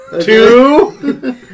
Two